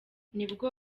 nibwo